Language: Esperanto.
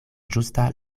ĝusta